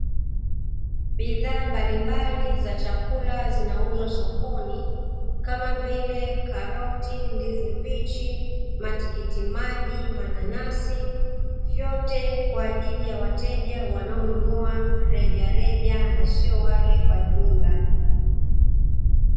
Bidhaa mbalimbali za chakula zinauzwa sokoni, kama vile karoti, ndizi mbichi, matikiti maji, mananasi, vyote kwa ajili ya wateja wanaonunua rejareja na sio wale wa jumla.